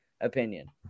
opinion